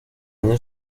año